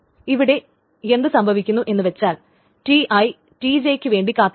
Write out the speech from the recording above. ഇവിടെ എന്ത് സംഭവിക്കുന്നു എന്ന് വെച്ചാൽ Ti Tj യ്ക്കു വേണ്ടി കാത്തിരിക്കും